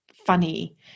Funny